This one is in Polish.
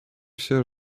się